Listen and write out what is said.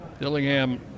Dillingham